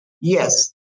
Yes